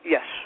Yes